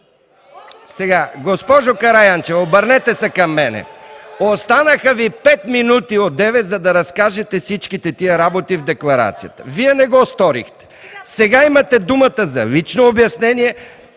МИКОВ: Госпожо Караянчева, обърнете се към мен! Останаха Ви пет минути одеве, за да разкажете всички тези работи в декларацията. Вие не го сторихте. Сега имате думата за лично обяснение,